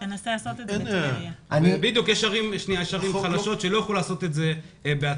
יש ערים חלשות שלא יוכלו לעשות את זה בעצמן.